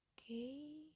Okay